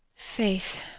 faith,